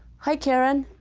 hi, karen.